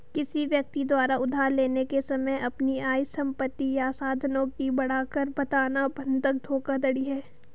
किसी व्यक्ति द्वारा उधार लेने के समय अपनी आय, संपत्ति या साधनों की बढ़ाकर बताना बंधक धोखाधड़ी है